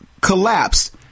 collapsed